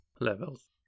levels